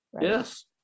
Yes